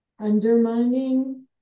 undermining